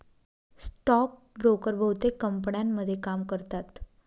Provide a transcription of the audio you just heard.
stock broker बहुतेक कंपन्यांमध्ये काम करतात